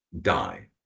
die